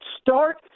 Start